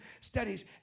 studies